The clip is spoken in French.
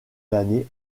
l’année